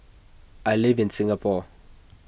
I live in Singapore